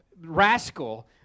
rascal